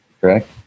Correct